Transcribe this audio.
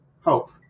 hope